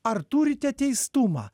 ar turite teistumą